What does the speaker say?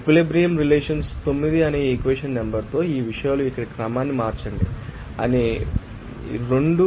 equilibrium relations 9 అనే equation number తో ఈ విషయాలను ఇక్కడ క్రమాన్ని మార్చండి అని మేము మీకు తెలుసు